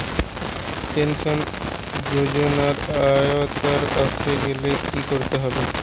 Pension যজোনার আওতায় আসতে গেলে কি করতে হবে?